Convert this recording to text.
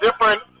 different